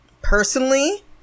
personally